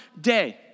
day